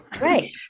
Right